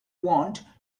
want